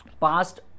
past